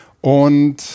Und